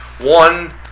one